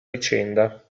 vicenda